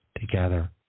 together